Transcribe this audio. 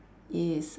is